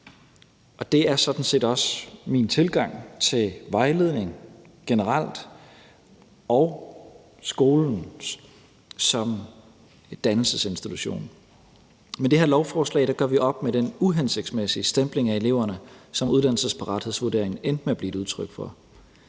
set også min tilgang til vejledning generelt og skolen som dannelsesinstitution. Med det her lovforslag gør vi op med den uhensigtsmæssige stempling af eleverne, som uddannelsesparathedsvurderingen endte med at blive et udtryk for.